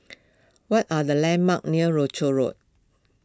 what are the landmarks near Rochor Road